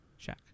Shaq